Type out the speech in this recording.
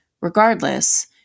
Regardless